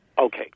Okay